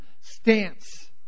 stance